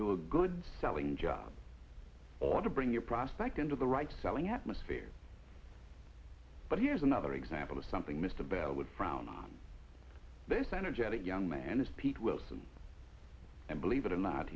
do a good selling job or to bring your prospect into the right selling atmosphere but here's another example of something mr bell would frown on this energetic young man is pete wilson and believe it or not